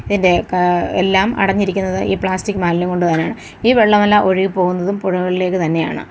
ഇതിന്റെ ക എല്ലാം അടഞ്ഞിരിക്കുന്നത് ഈ പ്ലാസ്റ്റിക്ക് മാലിന്യം കൊണ്ടുതന്നെയാണ് ഈ വെള്ളമെല്ലാം ഒഴുകി പോകുന്നതും പുഴകളിലേക്ക് തന്നെയാണ്